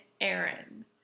Aaron